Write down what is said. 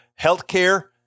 healthcare